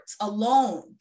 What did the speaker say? alone